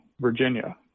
Virginia